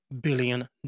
billion